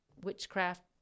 witchcraft